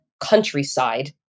countryside